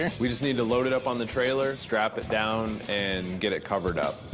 we just need to load it up on the trailer, strap it down, and get it covered up.